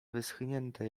wyschnięte